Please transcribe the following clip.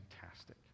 fantastic